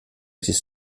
this